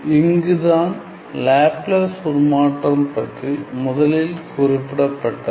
இங்குதான் லேப்லாஸ் உருமாற்றம் பற்றி முதலில் குறிப்பிடப்பட்டது